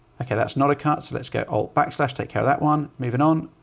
okay that's not a cut. so let's go. oh, backslash take care of that one. moving on,